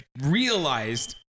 realized